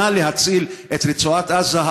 נא להציל את רצועת עזה.